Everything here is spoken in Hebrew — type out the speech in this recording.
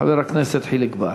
חבר הכנסת חיליק בר.